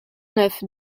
neuf